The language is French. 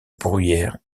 bruyères